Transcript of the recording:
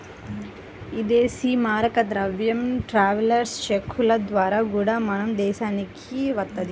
ఇదేశీ మారక ద్రవ్యం ట్రావెలర్స్ చెక్కుల ద్వారా గూడా మన దేశానికి వత్తది